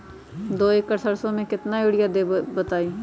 दो एकड़ सरसो म केतना यूरिया देब बताई?